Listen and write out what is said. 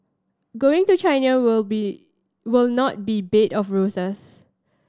going to China will be will not be a bed of roses